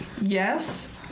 yes